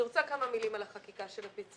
אני רוצה לומר כמה מילים על החקיקה של הפיצויים.